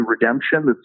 redemption